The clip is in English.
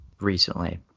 recently